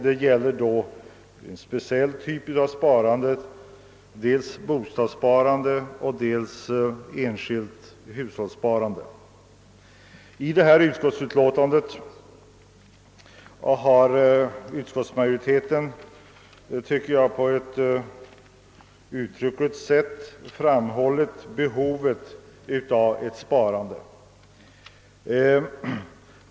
Det gäller två speciella slag av sparande — dels bostadssparandet, dels enskilt hushållssparande. I detta betänkande 'har utskottsmajoriteten enligt min mening på ett utryckligt sätt framhållit behovet av sparande.